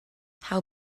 how